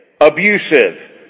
Abusive